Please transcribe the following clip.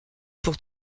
pour